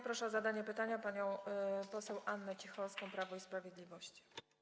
Proszę o zadanie pytania panią poseł Annę Cicholską, Prawo i Sprawiedliwość.